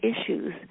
issues